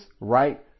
right